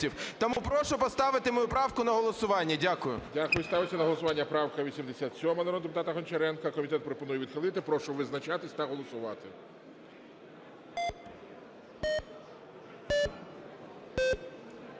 Тому прошу поставити мою правку на голосування. Дякую. ГОЛОВУЮЧИЙ. Дякую. Ставиться на голосування правка 87 народного депутата Гончаренка, комітет пропонує відхилити. Прошу визначатися та голосувати.